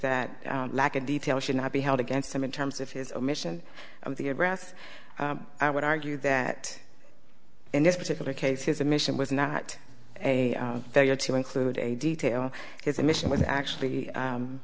that lack of detail should not be held against him in terms of his omission of the address i would argue that in this particular case his admission was not a failure to include a detail his admission was actually